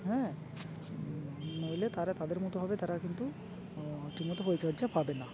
হ্যাঁ নইলে তারা তাদের মতো হবে তারা কিন্তু ঠিকমতো পরিচর্যা পাবে না